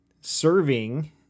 serving